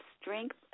strength